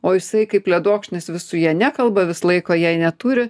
o jisai kaip ledokšnis vis su ja nekalba vis laiko jai neturi